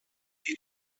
wie